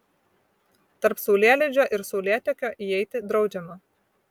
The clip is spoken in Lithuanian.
tarp saulėlydžio ir saulėtekio įeiti draudžiama